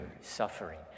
suffering